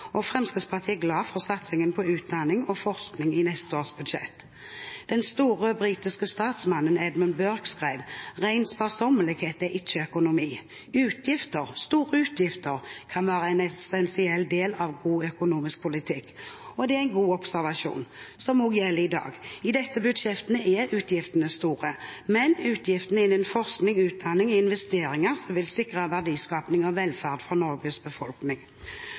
og Fremskrittspartiet er glad for satsingen på utdanning og forskning i neste års budsjett. Den store britiske statsmannen Edmund Burke skrev: «Ren sparsommelighet er ikke økonomi. Utgifter, store utgifter, kan være en essensiell del av en god økonomisk politikk.» Det er en god observasjon, som også gjelder i dag. I dette budsjettet er utgiftene store, men utgiftene innen forskning og utdanning er investeringer som vil sikre verdiskaping og velferd for Norges befolkning.